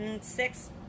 Six